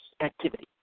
activity